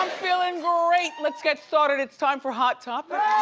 feeling great! let's get started. it's time for hot topics.